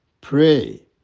Pray